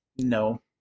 No